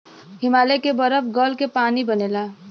हिमालय के बरफ गल क पानी बनेला